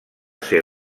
ser